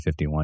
51